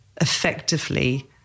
effectively